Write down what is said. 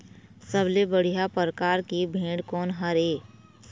सबले बढ़िया परकार के भेड़ कोन हर ये?